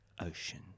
Ocean